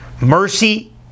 Mercy